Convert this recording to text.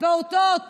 פעוטות